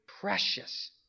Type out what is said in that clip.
precious